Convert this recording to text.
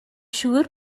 siŵr